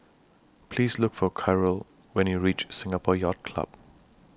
Please Look For Karyl when YOU REACH Singapore Yacht Club